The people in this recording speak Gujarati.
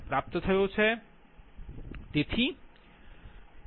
36∠ 14 છે